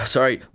Sorry